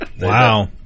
Wow